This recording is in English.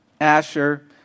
Asher